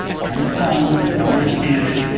it's kind of fun, we can all understand it,